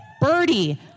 Birdie